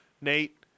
Nate